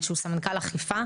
שהוא סמנכ"ל אכיפה,